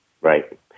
Right